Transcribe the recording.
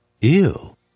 Ew